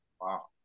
Wow